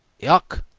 yuk!